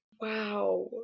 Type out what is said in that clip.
Wow